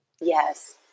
Yes